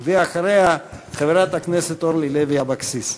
אחריה, חברת הכנסת אורלי לוי אבקסיס.